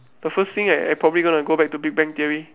the first thing I I probably gonna go back to big bang theory